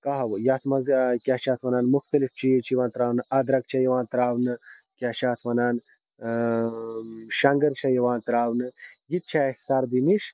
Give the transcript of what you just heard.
کہوٕ یتھ مَنٛز کیاہ چھِ اتھ وَنان مُختلِف چیٖز چھِ یِوان تراونہٕ اَدرَک چھِ یِوان تراونہٕ کیاہ چھِ اتھ وَنان شَنٛگٕر چھِ یِوان تراونہٕ یہِ تہِ چھِ اَسہِ سردی نِش